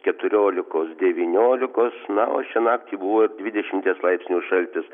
keturiolikos devyniolikos na o šią naktį buvo ir dvidešimties laipsnių šaltis